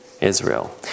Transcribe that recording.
Israel